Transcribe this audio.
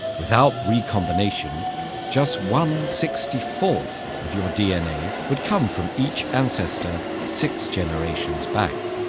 without recombination, just one sixty four of your dna would come from each ancestor six generations back.